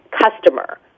customer